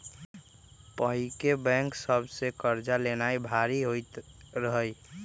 पहिके बैंक सभ से कर्जा लेनाइ भारी काज होइत रहइ